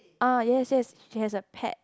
ah yes yes she has a pet